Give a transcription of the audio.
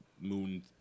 moon